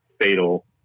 fatal